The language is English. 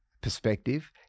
perspective